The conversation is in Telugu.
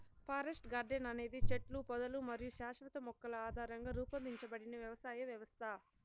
ఫారెస్ట్ గార్డెన్ అనేది చెట్లు, పొదలు మరియు శాశ్వత మొక్కల ఆధారంగా రూపొందించబడిన వ్యవసాయ వ్యవస్థ